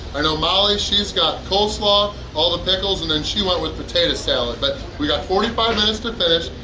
i know molly she's got coleslaw all the pickles and then she went with potato salad, but we got forty five minutes to finish.